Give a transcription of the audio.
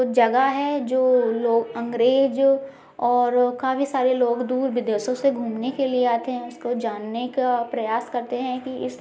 जगह है जो लोग अंग्रेज और काफी सारे लोग दूर विदेशों से घूमने के लिए आतें हैं उसको जानने का प्रयास करते हैं कि इस